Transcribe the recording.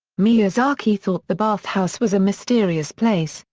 miyazaki thought the bathhouse was a mysterious place,